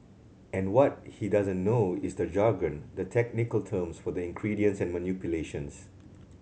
and what he doesn't know is the jargon the technical terms for the and manipulations